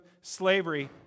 slavery